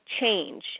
change